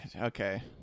okay